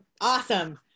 awesome